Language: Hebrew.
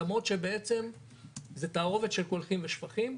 למרות שבעצם זו תערובת של קולחים ושפכים,